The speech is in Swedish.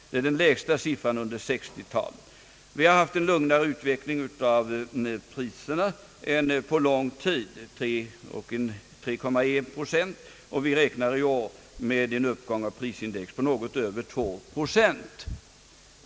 Det är den lägsta siffran under 1960-talet. Vi har haft en lugnare utveckling av priserna än på lång tid, stegringen har varit 3,1 procent, och vi räknar i år med en uppgång av prisindex på något mer än 2 procent.